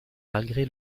malgré